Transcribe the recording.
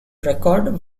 record